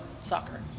soccer